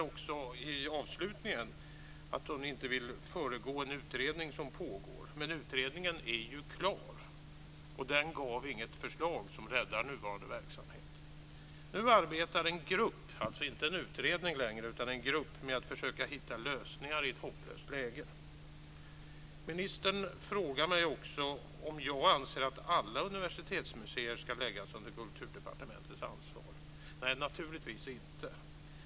Ministern säger avslutningsvis i svaret att hon inte vill föregå en utredning som pågår. Men utredningen är klar, och den gav inget förslag som räddar nuvarande verksamhet. Nu arbetar en grupp - alltså inte längre en utredning - med att försöka hitta lösningar i ett hopplöst läge. Ministern frågar om jag anser att alla universitetsmuseer ska läggas under Kulturdepartementets ansvar. Nej, naturligtvis inte.